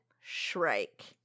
shrike